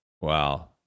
Wow